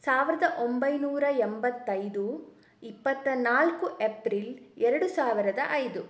ಸಾವಿರ್ದ ಒಂಬೈನೂರ ಎಂಬತ್ತೈದು ಇಪ್ಪತ್ತನಾಲ್ಕು ಎಪ್ರಿಲ್ ಎರಡು ಸಾವಿರದ ಐದು